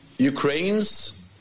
Ukraine's